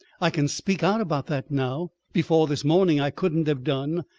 i can speak out about that now. before this morning i couldn't have done.